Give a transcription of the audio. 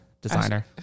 designer